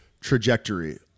trajectory